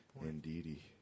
Indeedy